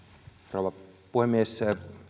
rouva puhemies